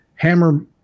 Hammer